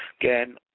again